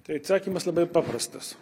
tai atsakymas labai paprastas